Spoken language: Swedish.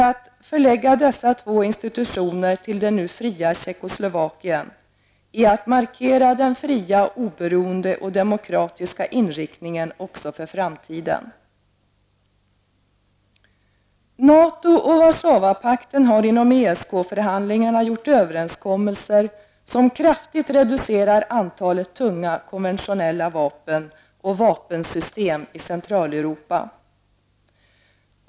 Att förlägga dessa två institutioner till det nu fria Tjeckoslovakien är att markera den fria, oberoende och demokratiska inriktningen också för framtiden. NATO och Warszawapakten har inom ESK förhandlingarna gjort överenskommelser som kraftigt reducerar antalet tunga konventionella vapen och vapensystem i Centraleuropa.